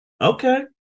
Okay